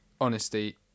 honesty